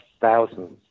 thousands